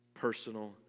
personal